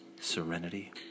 serenity